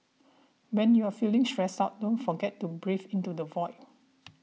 when you are feeling stressed out don't forget to breathe into the void